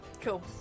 Cool